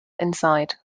inside